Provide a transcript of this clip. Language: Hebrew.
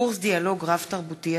קורס דיאלוג רב-תרבותי,